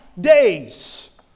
Days